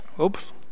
oops